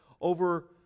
over